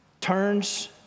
turns